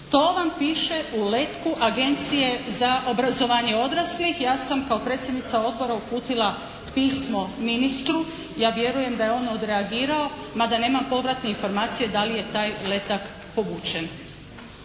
To vam piše u letku Agencije za obrazovanje odraslih. Ja sam kao predsjednica Odbora uputila pismo ministru. Ja vjerujem da je on odreagirao mada nemam povratne informacije da li je taj letak povučen?